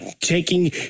taking